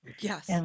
Yes